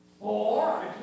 Four